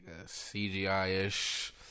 CGI-ish